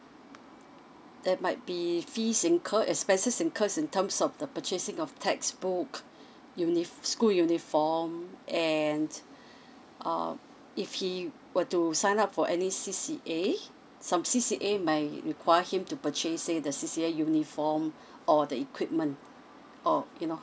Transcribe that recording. that might be fees incurred expenses incurred in terms of the purchasing of textbook unif~ school uniform and uh if he were to sign up for any C_C_A some C_C_A might require him to purchase say the C_C_A uniform or the equipment or you know